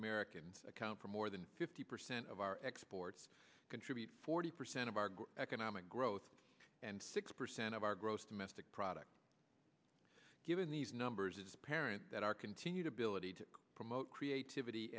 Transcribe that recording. americans account for more than fifty percent of our exports contribute forty percent of our economic growth and six percent of our gross domestic product given these numbers is apparent that our continued ability to promote creativity